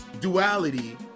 duality